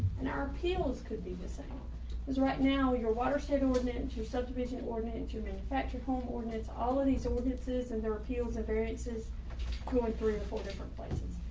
and our appeals could be the same as right now. your watershed ordinance to subdivision ornate german patrick home ordinates all of these ordinances and their appeals and variances going through four different places,